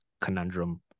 conundrum